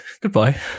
goodbye